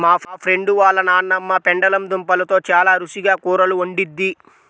మా ఫ్రెండు వాళ్ళ నాన్నమ్మ పెండలం దుంపలతో చాలా రుచిగా కూరలు వండిద్ది